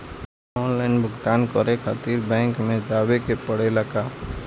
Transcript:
Online भुगतान करे के खातिर बैंक मे जवे के पड़ेला का?